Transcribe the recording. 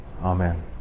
amen